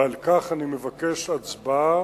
ועל כך אני מבקש הצבעה,